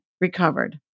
recovered